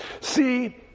See